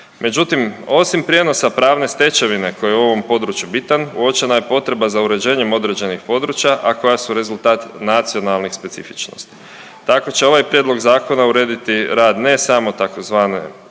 Međutim, osim prijenosa pravne stečevine koji je u ovom području bitan uočena je potreba za uređenjem određenih područja, a koja su rezultat nacionalnih specifičnosti. Tako će ovaj prijedlog zakona urediti rad ne samo tzv.